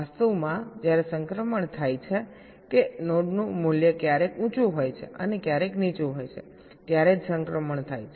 વાસ્તવમાં જ્યારે સંક્રમણ થાય છે કે નોડનું મૂલ્ય ક્યારેક ઉંચું હોય છે અને ક્યારેક નીચું હોય છે ત્યારે જ સંક્રમણ થાય છે